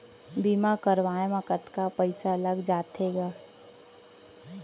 बीमा करवाए म कतका पइसा लग जाथे गा?